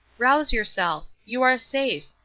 rouse yourself. you are safe.